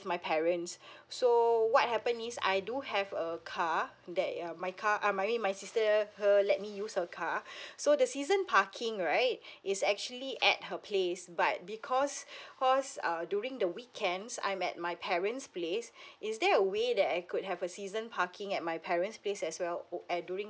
my parents so what happened is I do have a car that um my car err my mean my sister her let me use her car so the season parking right is actually at her place but because cause err during the weekends I'm at my parents' place is there a way that I could have a season parking at my parents' place as well oo err during